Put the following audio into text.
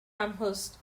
amherst